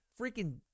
freaking